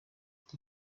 iki